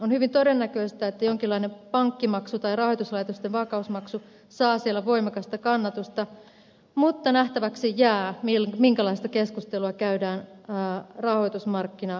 on hyvin todennäköistä että jonkinlainen pankkimaksu tai rahoituslaitosten vakausmaksu saa siellä voimakasta kannatusta mutta nähtäväksi jää minkälaista keskustelua käydään rahoitusmarkkinaverosta